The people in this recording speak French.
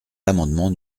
l’amendement